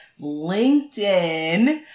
LinkedIn